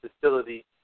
facility